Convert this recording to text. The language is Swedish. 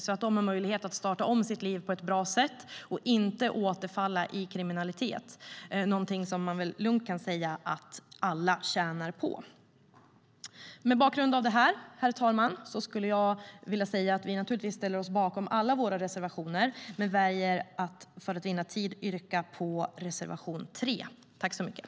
De har då möjlighet att starta om livet på ett bra sätt och inte återfalla i kriminalitet, någonting som man väl lugnt kan säga att alla tjänar på. Herr talman! Vi ställer oss naturligtvis bakom alla våra reservationer, men för att vinna tid väljer jag att yrka bifall endast till reservation 3.